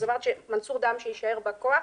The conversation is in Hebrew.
אמרת שמנסור דהאמשה יישאר בא כוח